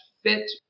fit